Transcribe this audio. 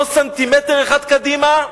לא סנטימטר אחד קדימה,